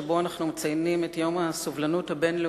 שבו אנחנו מציינים את יום הסובלנות הבין-לאומי,